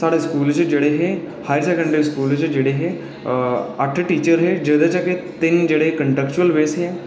में तुसेगी थोहाढ़ी जानकारी आस्तै सनाई ओड़ां जे साढे़ हायर सकैंडरी स्कूल च जेह्ड़े अट्ठ टीचर हे उं'दे च त्रै कंट्रैक्चूअल वेस हे ते पंज परमानैंट हे